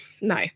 no